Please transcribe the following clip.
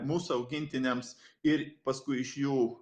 mūsų augintiniams ir paskui iš jų